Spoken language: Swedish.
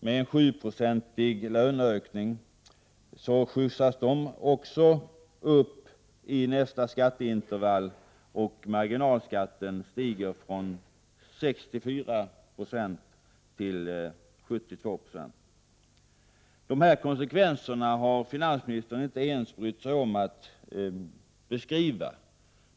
Med en 7-procentig löneökning Jojo ee skjutsas dessa upp i nästa skatteintervall, och marginalskatten stiger från Dessa konsekvenser har finansministern inte ens brytt sig om att beskriva.